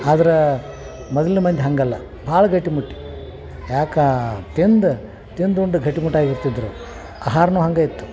ಆದ್ರೆ ಮೊದಲ್ನ ಮಂದಿ ಹಾಗಲ್ಲ ಭಾಳ ಗಟ್ಟಿಮುಟ್ಟಿ ಯಾಕೆ ತಿಂದು ತಿಂದು ಉಂಡು ಗಟ್ಟಿಮುಟ್ಟಾಗಿರ್ತಿದ್ರು ಆಹಾರ್ವೂ ಹಾಗೆ ಇತ್ತು